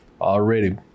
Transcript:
already